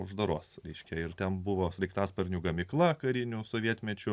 uždaros laiške ir ten buvo sraigtasparnių gamykla karinių sovietmečiu